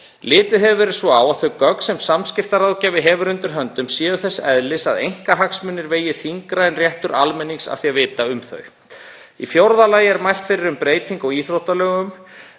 Litið hefur verið svo á að þau gögn sem samskiptaráðgjafi hefur undir höndum séu þess eðlis að einkahagsmunir vegi þyngra en réttur almennings á því að vita um þau. Í fjórða lagi er mælt fyrir um breytingu á íþróttalögum,